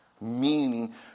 meaning